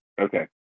Okay